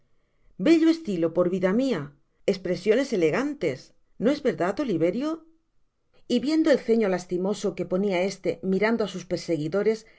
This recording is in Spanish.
bello estilo por vida mia espresiones elegantes no es verdad oliverio y viendo el ceño lastimoso que ponia este mirando á sus perseguidores